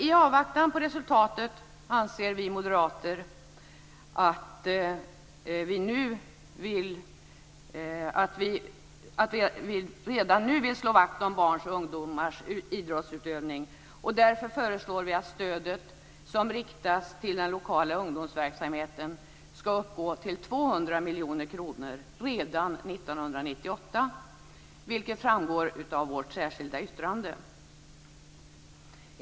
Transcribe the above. I avvaktan på resultatet anser dock vi moderater att vi redan nu vill slå vakt om barns och ungdomars idrottsutövning. Därför föreslår vi att stödet som riktas till den lokala ungdomsverksamheten skall uppgå till 200 miljoner kronor redan 1998. Det framgår av vårt särskilda yttrande.